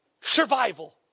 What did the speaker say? Survival